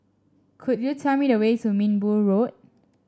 could you tell me the way to Minbu Road